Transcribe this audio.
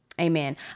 Amen